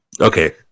Okay